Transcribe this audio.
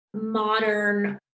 Modern